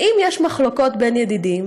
ואם יש מחלוקות בין ידידים,